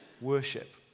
worship